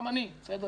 גם מצדי.